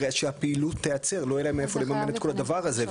הרי שהפעילות תיעצר לא יהיה להם מאיפה לממן את כל הדבר הזה.